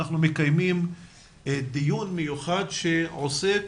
אנחנו מקיימים דיון מיוחד שעוסק